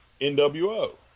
NWO